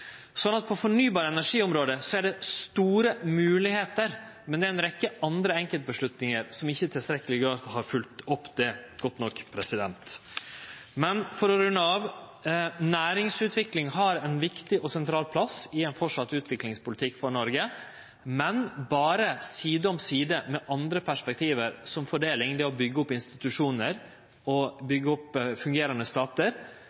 på fornybar-energi-området er det store moglegheiter, men det er ei rekkje andre enkeltavgjerder som ikkje i tilstrekkeleg grad har følgt opp dette godt nok. For å runde av: Næringsutvikling har i Noreg ein viktig og sentral plass i ein fortsett utviklingspolitikk, men berre side om side med andre perspektiv, som fordeling, det å byggje opp institusjonar og byggje opp fungerande statar,